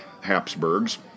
Habsburgs